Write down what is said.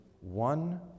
one